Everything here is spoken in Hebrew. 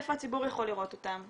איפה הציבור יכול לראות אותם,